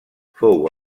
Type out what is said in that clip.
fou